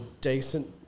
decent